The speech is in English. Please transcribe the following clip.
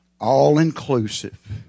All-inclusive